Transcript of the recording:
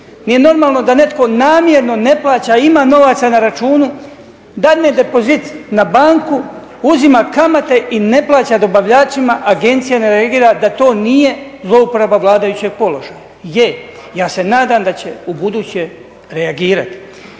Nije normalno da netko namjerno ne plaća, a ima novaca na ruču, dadne depozit na banku, uzima kamate i ne plaća dobavljačima, agencija ne reagira da to nije zlouporaba vladajućeg položaja. Je. Ja se nadam da će ubuduće reagirati.